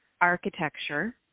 architecture